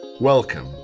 Welcome